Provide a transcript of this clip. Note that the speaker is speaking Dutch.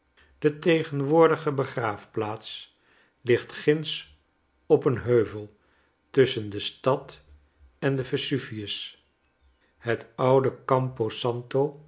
de tegenwoordige begraafplaats ligtgindsop een heuvel tusschen de stad en den vesuvius het oude campo santo